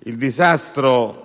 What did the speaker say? il disastro